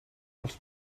els